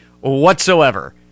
whatsoever